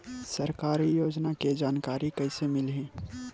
सरकारी योजना के जानकारी कइसे मिलही?